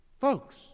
Folks